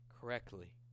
correctly